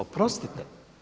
Oprostite.